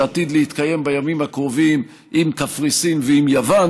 שעתיד להתקיים בימים הקרובים עם קפריסין ועם יוון,